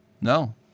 No